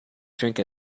drink